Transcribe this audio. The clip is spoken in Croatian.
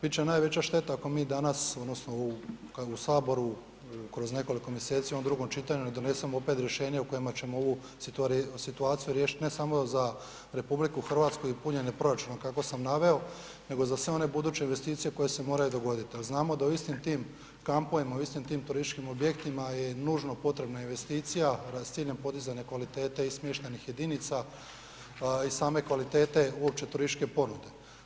Bit će najveća šteta ako mi danas odnosno kad u Saboru kroz nekoliko mjeseci u ovom čitanju ne doneseno opet rješenje u kojima ćemo ovu situaciju riješit ne samo za RH i punjenje proračuna kako sam naveo nego za sve one buduće investicije koje se moraju dogoditi jer znamo da u istim tim kampovima, u istim tim turističkim objektima je nužno potrebna investicija s ciljem podizanja kvalitete i smještajnih jedinica i same kvalitete uopće turističke ponude.